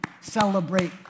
celebrate